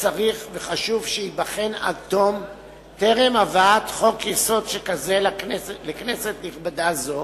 צריך וחשוב שייבחן עד תום טרם הבאת חוק-יסוד שכזה לכנסת נכבדה זו.